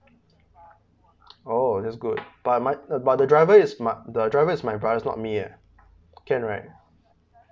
orh that's good but my the but the driver is my the driver is my brother it's not me eh can't right